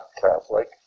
Catholic